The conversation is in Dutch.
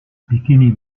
bikini